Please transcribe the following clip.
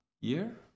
year